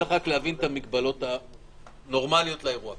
צריך רק להבין את המגבלות הנורמליות לאירוע.